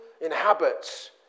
inhabits